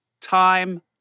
time